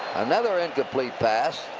another incomplete pass.